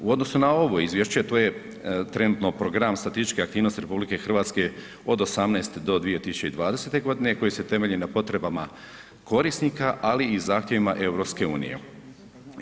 U odnosu na ovo izvješće, to je trenutno program statističkih aktivnosti od 2018. do 2020. g. koji se temelji na potrebama korisnika ali i zahtjevima EU-a.